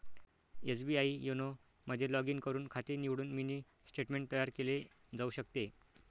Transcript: SBI YONO मध्ये log in करून खाते निवडून मिनी स्टेटमेंट तयार केले जाऊ शकते